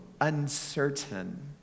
uncertain